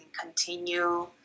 continue